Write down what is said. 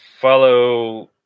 follow